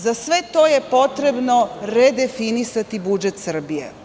Za sve to je potrebno redefinisati budžet Srbije.